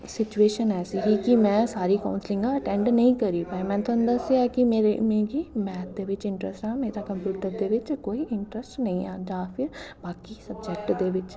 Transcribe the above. situation ऐसी ही कि में सारी कौंसलिंग अटैंड नेईं करी पाई में थुआनूं दस्सेआ कि मेरा मिगी मैथ दे बिच्च इंटर्स्ट हा मेरा कंप्यूटर दे बिच्च कोई इंटर्स्ट नेईं हा जां फिर बाकी सबजैक्ट दे बिच्च